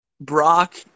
Brock